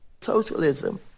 Socialism